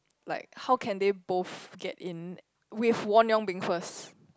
like how can they both get in with Won-Young being first